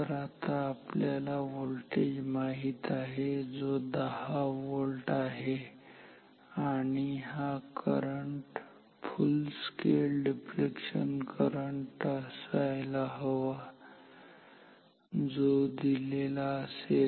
तर आता आपल्याला व्होल्टेज माहित आहे जो 10 व्होल्ट आहे आणि आणि हा current full scale deflection current असायला हवा जो दिलेला असेल